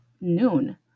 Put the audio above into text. noon